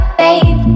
babe